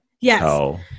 Yes